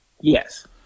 Yes